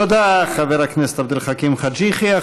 תודה, חבר הכנסת עבד אל חכים חאג' יחיא.